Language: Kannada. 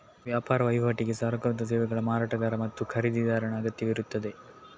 ವ್ಯಾಪಾರ ವಹಿವಾಟಿಗೆ ಸರಕು ಮತ್ತು ಸೇವೆಗಳ ಮಾರಾಟಗಾರ ಮತ್ತು ಖರೀದಿದಾರನ ಅಗತ್ಯವಿರುತ್ತದೆ